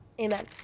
Amen